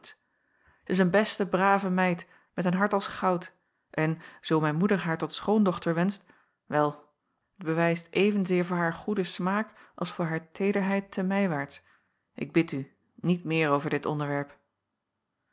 zij is een beste brave meid met een hart als goud en zoo mijn moeder haar tot schoondochter wenscht wel t bewijst evenzeer voor haar goeden smaak als voor haar teederheid te mijwaarts ik bid u niet meer over dit onderwerp